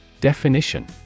Definition